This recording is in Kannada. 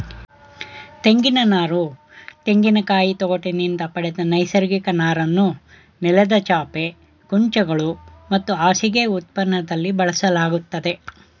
ತೆಂಗಿನನಾರು ತೆಂಗಿನಕಾಯಿ ತೊಗಟಿನಿಂದ ಪಡೆದ ನೈಸರ್ಗಿಕ ನಾರನ್ನು ನೆಲದ ಚಾಪೆ ಕುಂಚಗಳು ಮತ್ತು ಹಾಸಿಗೆ ಉತ್ಪನ್ನದಲ್ಲಿ ಬಳಸಲಾಗ್ತದೆ